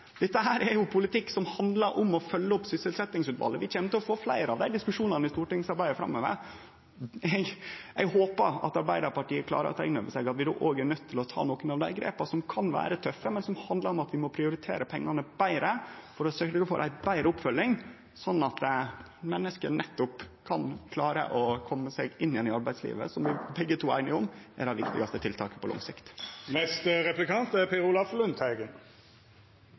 er politikk som handlar om å følgje opp sysselsettingsutvalet. Vi kjem til å få fleire av dei diskusjonane i stortingsarbeidet framover. Eg håpar at Arbeidarpartiet klarer å ta inn over seg at vi då òg er nøydde til å ta nokre av dei grepa som kan vere tøffe, men som handlar om at vi må prioritere pengane betre for å sørgje for ei betre oppfølging, sånn at menneske nettopp kan klare å kome seg inn igjen i arbeidslivet – noko vi begge er einige om at er eit av dei viktigaste tiltaka på lang sikt. EU har et felles arbeidsmarked som ikke er